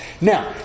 Now